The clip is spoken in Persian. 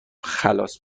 خلاص